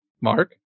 Mark